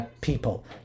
people